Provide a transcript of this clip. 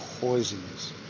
poisonous